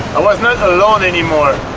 i was not alone anymore